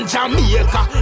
Jamaica